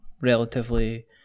relatively